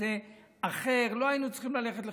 ובנושא אחר לא היינו צריכים ללכת לחקיקה,